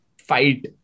fight